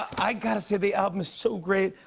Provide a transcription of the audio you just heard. i got to say, the album is so great.